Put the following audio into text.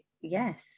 Yes